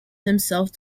himself